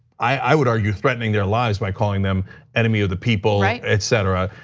i would argue threatening their lives by calling them enemy of the people. right. etc,